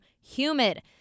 humid